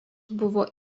buvo